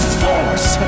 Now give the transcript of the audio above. force